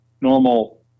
normal